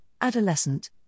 adolescent